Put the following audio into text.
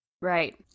Right